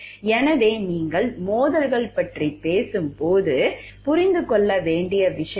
எனவே நீங்கள் வட்டி மோதல்கள் பற்றி பேசும் போது நீங்கள் புரிந்து கொள்ள முடியும்